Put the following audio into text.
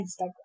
Instagram